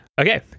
Okay